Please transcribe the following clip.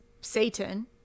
Satan